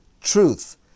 truth